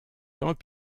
tant